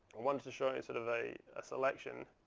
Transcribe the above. wanted to show you sort of a selection.